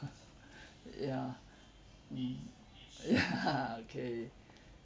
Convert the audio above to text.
ya mm ya okay